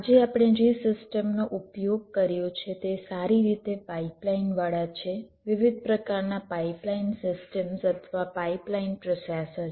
આજે આપણે જે સિસ્ટમનો ઉપયોગ કર્યો છે તે સારી રીતે પાઇપલાઇનવાળા છે વિવિધ પ્રકારના પાઇપલાઇન સિસ્ટમ્સ અથવા પાઇપલાઇન પ્રોસેસર છે